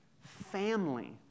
family